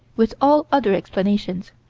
with all other explanations,